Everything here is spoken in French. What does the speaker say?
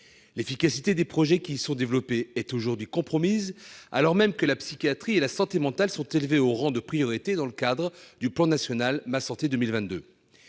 L'efficacité des projets qui y sont développés est aujourd'hui compromise, alors même que la psychiatrie et la santé mentale sont élevées au rang de priorité dans le cadre du plan national Ma santé 2022.